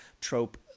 trope